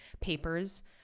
papers